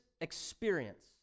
experience